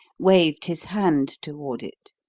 waved his hand toward it.